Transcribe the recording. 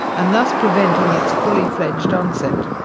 and thus preventing its fully fledged onset.